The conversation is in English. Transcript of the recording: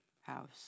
house